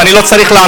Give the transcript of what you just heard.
לא קיבלתי את הדקה.